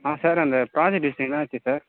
ஆ sir அந்த project design என்னாச்சு sir